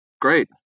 great